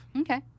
Okay